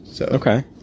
Okay